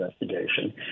investigation